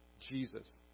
Jesus